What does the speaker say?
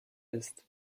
ist